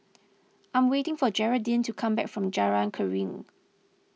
I am waiting for Jeraldine to come back from Jalan Keruing